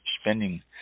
spending